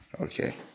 Okay